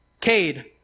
Cade